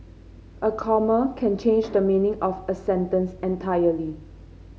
a comma can change the meaning of a sentence entirely